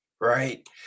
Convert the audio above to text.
right